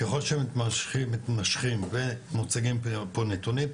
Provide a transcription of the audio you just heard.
ככל שהם מתמשכים ומוצגים כיום פה נתונים,